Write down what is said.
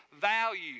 value